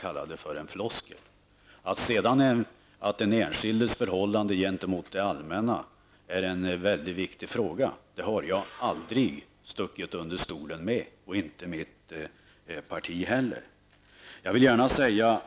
Att den enskildes förhållande gentemot det allmänna är en mycket viktig fråga har jag aldrig stuckit under stol med och inte mitt parti heller.